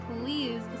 please